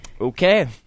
Okay